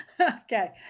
Okay